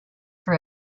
for